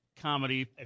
comedy